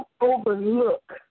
overlook